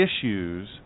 issues